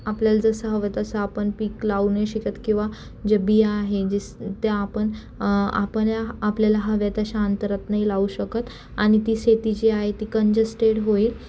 आपल्याला जसं हवं तसं आपण पिक लावू नाही शकत किंवा जे बिया आहे जस ते आपण आपल्याला हव्या तशा अंतरात नाही लावू शकत आणि ती शेती जी आहे ती कंजेस्टेड होईल